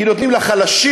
כי נותנים לחלשים,